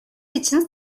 için